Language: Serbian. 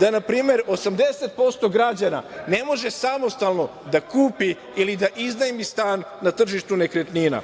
da, na primer, 80% građana ne može samostalno da kupi ili da iznajmi stan na tržištu nekretnina.